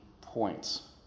points